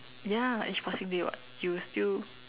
ya each passing day [what] you'll still